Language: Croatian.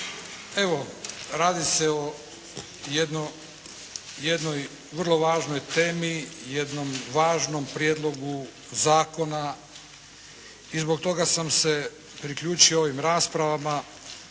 Evo, radi se o jednoj vrlo važnoj temi, jednom važnom prijedlogu zakona i zbog toga sam se priključio ovim raspravama.